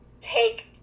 take